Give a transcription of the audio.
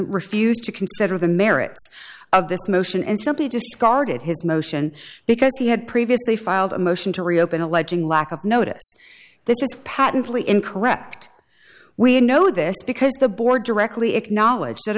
refused to consider the merits of this motion and simply discarded his motion because he had previously filed a motion to reopen alleging lack of notice this is patently incorrect we know this because the board directly acknowledged that